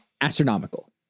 astronomical